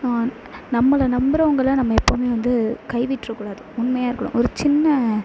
நம்மளை நம்புகிறவங்கள நம்ம எப்போவுமே வந்து கைவிட்டறக்கூடாது உண்மையாக இருக்கணும் ஒரு சின்ன